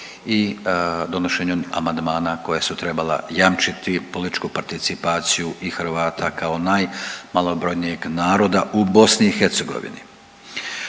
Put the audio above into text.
i donošenjem amandmana koja su trebala jamčiti političku participaciju i Hrvata kao najmalobrojnijeg naroda u BiH.